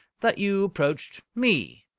that you approached me.